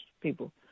people